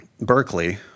Berkeley